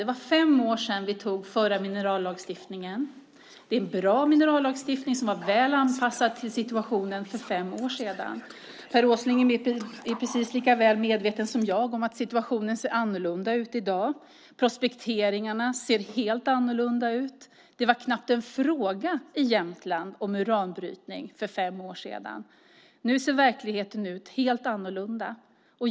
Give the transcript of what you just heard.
Det var fem år sedan vi antog den förra minerallagstiftningen. Det var en bra minerallagstiftning som var väl anpassad till situationen för fem år sedan. Per Åsling är precis lika väl medveten som jag om att situationen ser annorlunda ut i dag. Prospekteringarna ser helt annorlunda ut. Det var knappt en fråga i Jämtland om uranbrytning för fem år sedan. Nu ser verkligheten helt annorlunda ut.